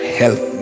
help